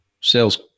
sales